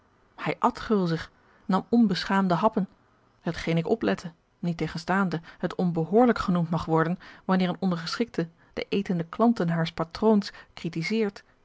hij at gulzig nam onbeschaamde happen hetgeen ik oplette niettegenstaande het onbehoorlijk genoemd mag worden wanneer een ondergeschikte de etende klanten haars patroons